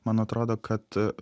man atrodo kad